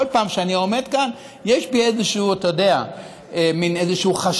בכל פעם שאני עומד כאן יש בי איזה מין חשש,